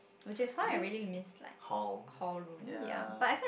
would you call ya